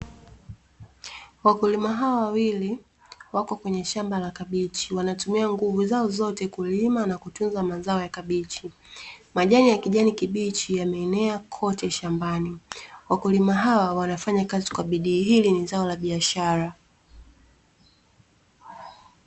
Wakulima hawa wawili wako kwenye shamba la kabichi wanatumia nguvu zao zote kulima na kutunza mazao ya kabichi, majani ya kijani kibichi yameenea kote shambani. Wakulima hawa wanafanya kazi kwa bidii. Hili ni zao la biashara.